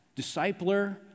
discipler